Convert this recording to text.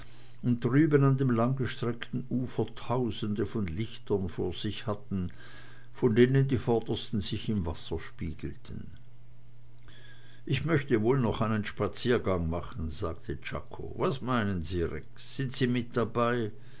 und drüben an dem langgestreckten ufer tausende von lichtern vor sich hatten von denen die vordersten sich im wasser spiegelten ich möchte wohl noch einen spaziergang machen sagte czako was meinen sie rex sind sie mit dabei